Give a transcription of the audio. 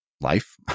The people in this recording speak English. life